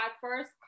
first